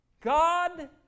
God